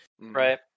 Right